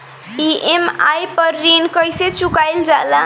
EMI पर ऋण कईसे चुकाईल जाला?